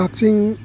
ꯀꯛꯆꯤꯡ